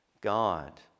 God